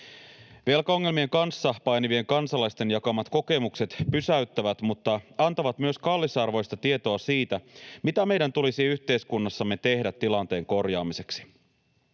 Velkaongelmien kanssa painivien kansalaisten jakamat kokemukset pysäyttävät mutta antavat myös kallisarvoista tietoa siitä, mitä meidän tulisi yhteiskunnassamme tehdä tilanteen korjaamiseksi.